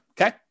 okay